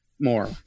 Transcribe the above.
more